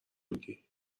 میگی